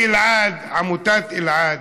עמותת אלעד,